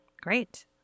Great